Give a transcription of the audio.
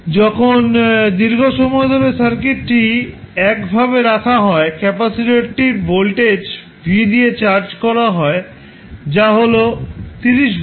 যখন দীর্ঘ সময় ধরে সার্কিটটি একভাবে রাখা হয় ক্যাপাসিটরটি ভোল্টেজ v দিয়ে চার্জ করা হয় যা হল 30 ভোল্ট